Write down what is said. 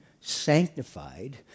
sanctified